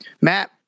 Matt